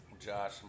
Josh